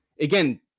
Again